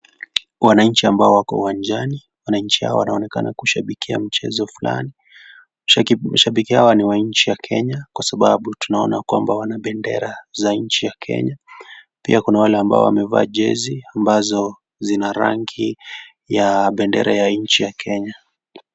Wananchi ambao wako uwanjani, wananchi wao wanaonenakana kushabikia mchezo flani, shabiki hao ni wa nchi ya Kenya kwa sababu tunaona kwamba wana bendera za nchi ya Kenya. Pia kuna wale ambao wamevaa jezi ambazo zina rangi ya bendera ya nchi ya Kenya.